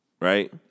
right